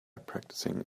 practicing